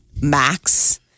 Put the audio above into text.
max